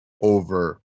over